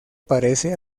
parece